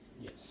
Yes